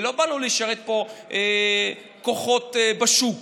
ולא באנו לשרת פה כוחות בשוק,